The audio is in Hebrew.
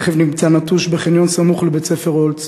הרכב נמצא נטוש בחניון סמוך לבית-ספר הולץ.